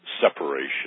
separation